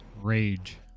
rage